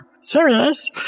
serious